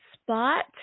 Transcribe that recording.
spot